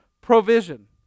provision